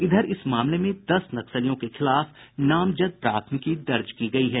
इधर इस मामले में दस नक्सलियों के खिलाफ नामजद प्राथमिकी दर्ज की गयी है